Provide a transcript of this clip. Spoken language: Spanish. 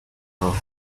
rojo